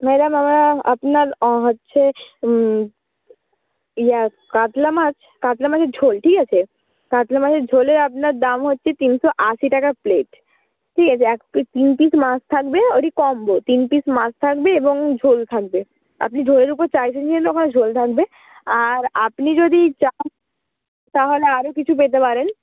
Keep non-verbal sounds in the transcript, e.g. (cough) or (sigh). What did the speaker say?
madam (unintelligible) আপনার হচ্ছে ইয়ে কাতলা মাছ কাতলা মাছের ঝোল ঠিক আছে কাতলা মাছের ঝোলের আপনার দাম হচ্ছে তিনশো আশি টাকা প্লেট ঠিক আছে এক প্লেট তিন পিস মাছ থাকবে ওটি কম্বো তিন পিস মাছ থাকবে এবং ঝোল থাকবে আপনি ঝোলের উপরে চাইছেন (unintelligible) ওখানে ঝোল থাকবে আর আপনি যদি চান তাহলে আরও কিছু পেতে পারেন